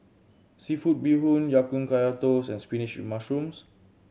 seafood bee hoon Ya Kun Kaya Toast and spinach mushrooms